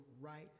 right